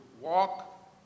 walk